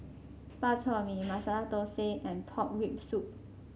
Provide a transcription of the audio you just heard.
Bak Chor Mee Masala Thosai and Pork Rib Soup